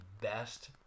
best